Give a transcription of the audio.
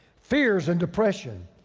fears and depression.